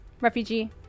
refugee